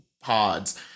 pods